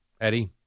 Eddie